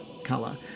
color